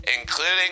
including